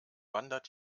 wandert